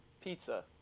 pizza